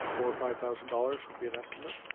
or five thousand dollars would be an estimate.